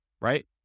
right